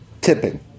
tipping